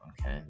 Okay